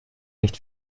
nicht